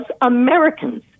Americans